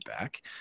back